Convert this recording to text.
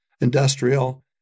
industrial